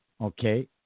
Okay